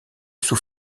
sous